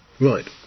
Right